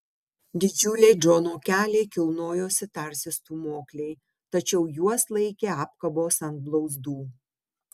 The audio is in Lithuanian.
didžiuliai džono keliai kilnojosi tarsi stūmokliai tačiau juos laikė apkabos ant blauzdų